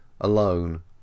alone